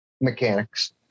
mechanics